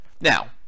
Now